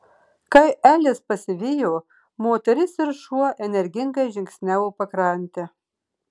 kai elis pasivijo moteris ir šuo energingai žingsniavo pakrante